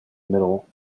middle